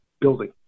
building